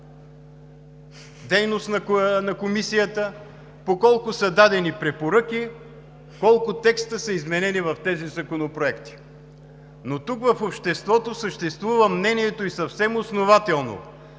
дейност на Комисията, по колко са дадени препоръки, колко текста са изменени в тези законопроекти. Но тук, в обществото съществува мнението и съвсем основателно,